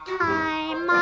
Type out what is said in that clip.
time